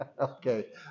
Okay